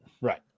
right